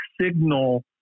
signal